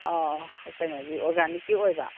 ꯑꯥ ꯀꯩꯅꯣꯒꯤ ꯑꯣꯔꯒꯥꯟꯅꯤꯛꯀꯤ ꯑꯣꯏꯕ